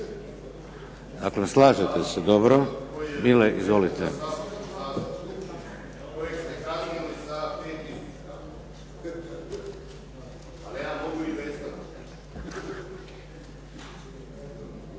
slažete se dobro. Mile, izvolite.